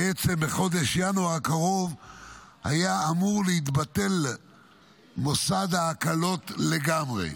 בעצם בחודש ינואר הקרוב היה אמור להתבטל מוסד ההקלות לגמרי.